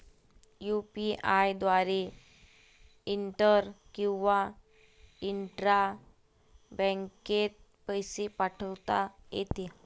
UPI द्वारे inter किंवा intra बँकेत पैसे पाठवता येते